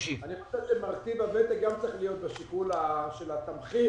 אני חושב שמרכיב הוותק גם צריך להיות בשיקול של התמחיר,